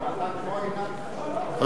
גם אתה כמו עינת וילף?